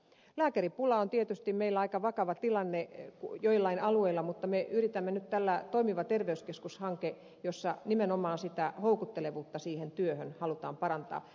lääkäripulan suhteen on tietysti meillä aika vakava tilanne joillain alueilla mutta meillä on nyt tämä toimiva terveyskeskus hanke jossa nimenomaan sitä houkuttelevuutta siihen työhön halutaan parantaa